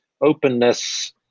openness